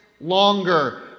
longer